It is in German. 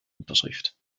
unterschrift